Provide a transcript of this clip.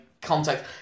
contact